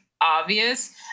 obvious